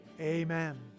Amen